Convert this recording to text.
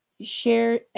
share